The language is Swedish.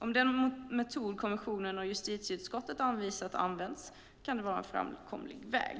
Om den metod kommissionen och justitieutskottet anvisat används kan det vara en framkomlig väg.